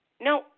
No